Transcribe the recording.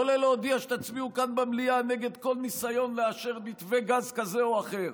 כולל להודיע שתצביעו כאן במליאה נגד כל ניסיון לאשר מתווה גז כזה או אחר